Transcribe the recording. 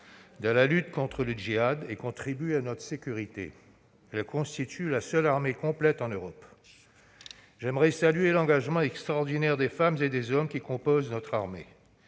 dans la lutte contre le djihad, et contribuent à notre sécurité. Elles constituent la seule armée complète en Europe. J'aimerais saluer l'engagement extraordinaire des femmes et des hommes qui composent notre armée.